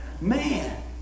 Man